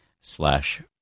Slash